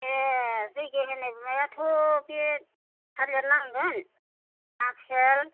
ऐ जैग्य होनाय बिमायाथ' बे थालिर नांगोन आफेल